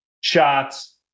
shots